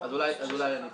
----- אז אולי אני טועה.